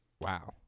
Wow